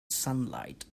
sunlight